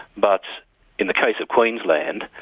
but in the case of queensland,